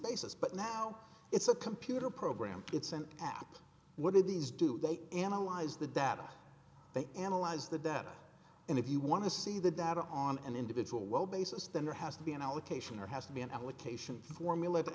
basis but now it's a computer program it's an app what do these do they analyze the data they analyze the data and if you want to see the data on an individual well basis then there has to be an allocation there has to be an allocation formula to